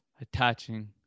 attaching